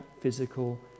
physical